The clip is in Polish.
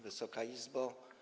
Wysoka Izbo!